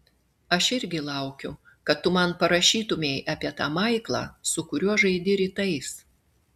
aš irgi laukiu kad tu man parašytumei apie tą maiklą su kuriuo žaidi rytais